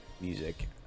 music